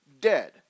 dead